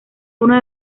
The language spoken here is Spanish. uno